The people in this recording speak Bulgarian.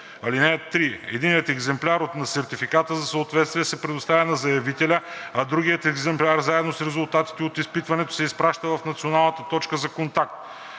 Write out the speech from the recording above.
(3) Единият екземпляр на сертификата за съответствие се предоставя на заявителя, а другият екземпляр заедно с резултатите от изпитването се изпращат в Националната точка за контакт.